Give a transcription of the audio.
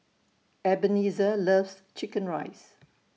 Ebenezer loves Chicken Rice